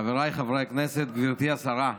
חבריי חברי הכנסת, גברתי השרה,